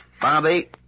Bobby